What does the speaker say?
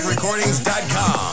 Recordings.com